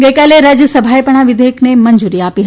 ગઇકાલે રાજયસભાએ પણ આ વિધેયકને મંજુરી આપી હતી